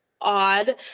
odd